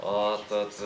o tad